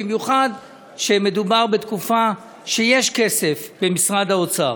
במיוחד שמדובר בתקופה שבה יש כסף במשרד האוצר.